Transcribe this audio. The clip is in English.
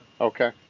Okay